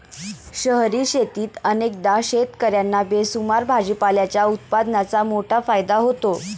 शहरी शेतीत अनेकदा शेतकर्यांना बेसुमार भाजीपाल्याच्या उत्पादनाचा मोठा फायदा होतो